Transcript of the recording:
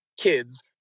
kids